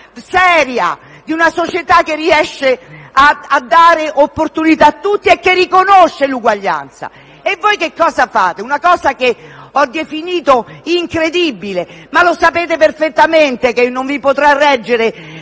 di una società seria, che riesce a dare opportunità a tutti e che riconosce l'uguaglianza. Voi fate invece una cosa che ho definito incredibile, ma che sapete perfettamente non potrà reggere